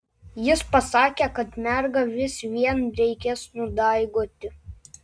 jis pasakė kad mergą vis vien reikės nudaigoti